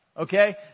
okay